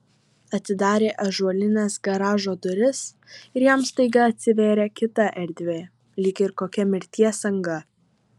atidarė ąžuolines garažo duris ir jam staiga atsivėrė kita erdvė lyg ir kokia mirties anga